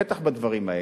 בטח בדברים האלה.